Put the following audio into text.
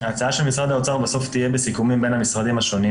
ההצעה של משרד האוצר בסוף תהיה בסיכומים בין המשרדים השונים.